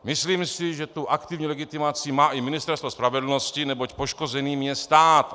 Myslím si, že aktivní legitimaci má i Ministerstvo spravedlnosti, neboť poškozeným je stát.